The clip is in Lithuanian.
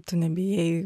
tu nebijai